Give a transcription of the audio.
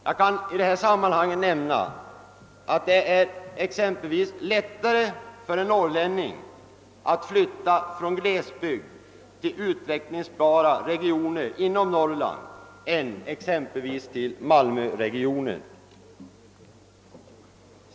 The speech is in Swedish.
Jag kan i det här sammanhanget nämna att det är lättare för en norrlänning att flytta från en glesbygd till utvecklingsbara regioner inom Norrland än att flytta exempelvis till malmöregionen.